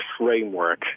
framework